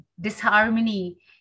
disharmony